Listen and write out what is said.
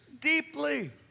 deeply